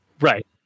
right